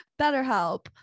BetterHelp